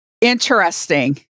interesting